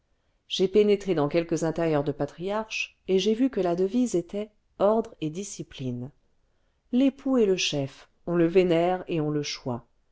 j'ai pénétré dans quelques intérieurs de patriarches et j'ai vu que la devise était ordre et discipline l'époux est le chef on le vénère et on le choie